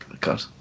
God